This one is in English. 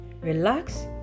relax